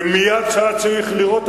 ומייד כשהיה צריך לירות,